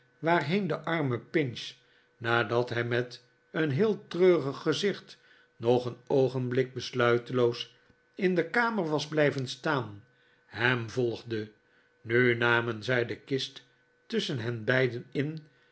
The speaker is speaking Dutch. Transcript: waarheen de arme pinch nadat hij met een heel treurig gezicht nog een oogenblik besluiteloos in de kamer was blijven staan hem volgde nu namen zij de kist tusschen hen beiden in